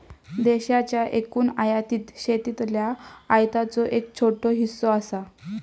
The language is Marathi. देशाच्या एकूण आयातीत शेतीतल्या आयातीचो एक छोटो हिस्सो असा